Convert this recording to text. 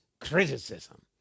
criticism